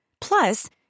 Plus